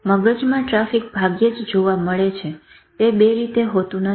મગજમાં ટ્રાફિક ભાગ્યે જ જોવા મળે છે તે 2 રીતે હોતું નથી